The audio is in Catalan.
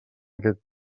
aquest